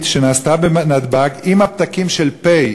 שנעשתה בנתב"ג עם הפתקים של "פה",